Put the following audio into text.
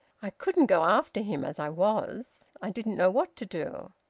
i couldn't go after him, as i was. i didn't know what to do.